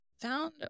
found